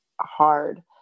hard